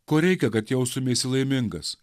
ko reikia kad jaustumeisi laimingas